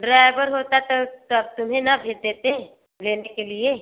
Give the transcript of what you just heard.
driver होता तो तब तुम्हें न भेज देते लेने के लिए